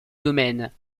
domaine